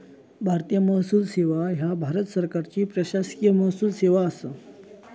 भारतीय महसूल सेवा ह्या भारत सरकारची प्रशासकीय महसूल सेवा असा